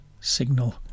Signal